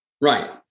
Right